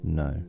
no